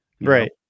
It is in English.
right